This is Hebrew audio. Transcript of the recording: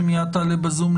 שתעלה מיד בזום,